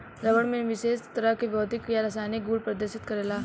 रबड़ में विशेष तरह के भौतिक आ रासायनिक गुड़ प्रदर्शित करेला